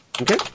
Okay